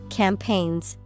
campaigns